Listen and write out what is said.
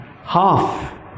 half